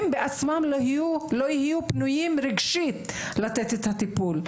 הם בעצמם לא יהיו פנויים רגשית לתת את הטיפול.